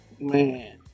man